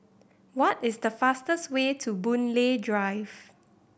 what is the fastest way to Boon Lay Drive